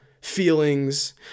feelings